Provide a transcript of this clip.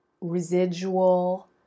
residual